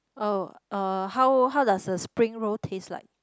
oh uh how how does the spring roll taste like